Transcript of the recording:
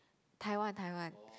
Taiwan Taiwan